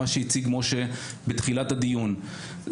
מה שהציג משה בתחילת הדיון,